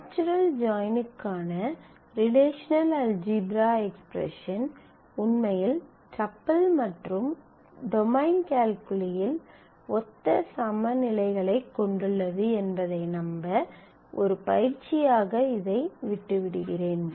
natural ஜாயின்கான relational algebra expression உண்மையில் tuple மற்றும் டொமைன் கால்குலியில் ஒத்த சமநிலைகளைக் கொண்டுள்ளது என்பதை நம்ப ஒரு பயிற்சியாக இதை விட்டு விடுகிறேன்